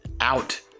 out